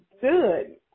good